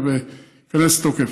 כנראה וייכנס לתוקף.